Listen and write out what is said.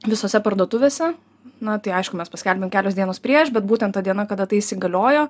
visose parduotuvėse na tai aišku mes paskelbėm kelios dienos prieš bet būtent ta diena kada tai įsigaliojo